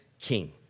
king